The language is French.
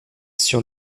sur